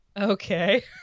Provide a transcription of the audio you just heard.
Okay